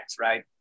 right